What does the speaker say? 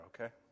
okay